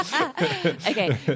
Okay